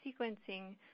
sequencing